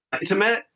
intimate